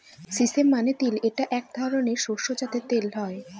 sesame মানে তিল এটা এক ধরনের শস্য যাতে তেল হয়